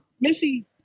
Missy